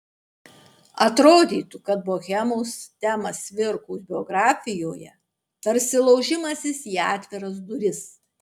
atrodytų kad bohemos tema cvirkos biografijoje tarsi laužimasis į atviras duris